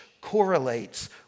correlates